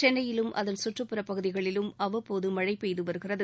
சென்னையிலும் அதன் சுற்றுப்புறப்பகுதிகளிலும் அவ்வப்போது மழை பெய்து வருகிறது